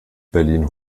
berlin